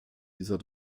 dieser